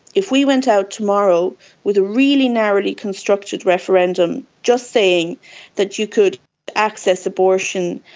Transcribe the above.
if we went out tomorrow with a really narrowly constructed referendum just saying that you could access abortion,